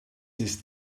ist